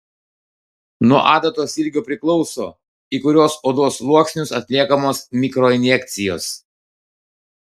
nuo adatos ilgio priklauso į kuriuos odos sluoksnius atliekamos mikroinjekcijos